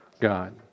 God